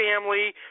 family